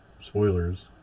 spoilers